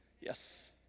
Yes